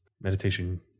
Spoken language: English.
meditation